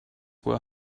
were